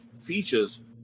features